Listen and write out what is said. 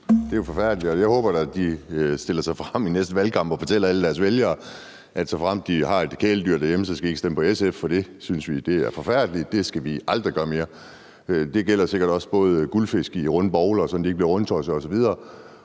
jo er forfærdeligt. Jeg håber da, at SF stiller sig frem i næste valgkamp og fortæller alle deres vælgere, at såfremt de har et kæledyr derhjemme, skal de ikke stemme på SF, for SF synes, at det er forfærdeligt, og at det skal vi aldrig gøre mere. Det gælder sikkert også guldfisk i runde bowler, fordi de bliver rundtossede af